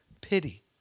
pity